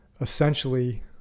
essentially